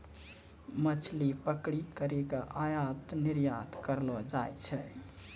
मछली पकड़ी करी के आयात निरयात करलो जाय छै